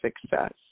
success